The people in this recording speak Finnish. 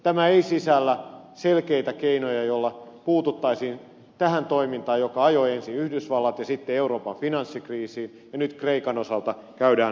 tämä ei sisällä selkeitä keinoja joilla puututtaisiin tähän toimintaan joka ajoi ensin yhdysvallat ja sitten euroopan finanssikriisiin ja jossa nyt kreikan osalta käydään toista kierrosta